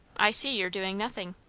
i see you're doing nothing.